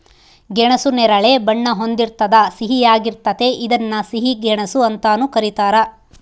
ಗೆಣಸು ನೇರಳೆ ಬಣ್ಣ ಹೊಂದಿರ್ತದ ಸಿಹಿಯಾಗಿರ್ತತೆ ಇದನ್ನ ಸಿಹಿ ಗೆಣಸು ಅಂತಾನೂ ಕರೀತಾರ